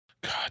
God